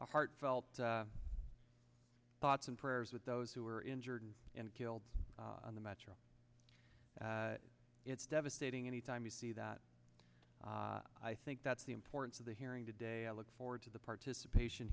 heartfelt thoughts and prayers with those who are injured and killed on the metro it's devastating any time you see that i think that's the importance of the hearing today i look forward to the participation